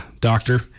doctor